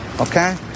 okay